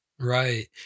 Right